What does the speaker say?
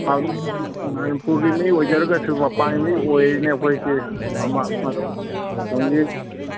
ꯄꯥꯛ ꯃꯅꯤꯄꯨꯔꯒꯤ ꯃꯤ ꯑꯣꯏꯖꯔꯒꯁꯨ ꯃꯄꯥꯟꯒꯤ ꯃꯤ ꯑꯣꯏꯔꯦꯅꯦ ꯑꯩꯈꯣꯏꯁꯦ ꯑꯃ ꯑꯁꯣꯝꯒꯤ